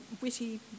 witty